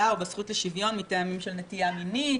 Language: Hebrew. או בזכות לשוויון מטעמים של נטייה מינית,